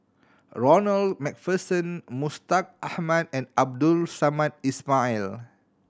Ronald Macpherson Mustaq Ahmad and Abdul Samad Ismail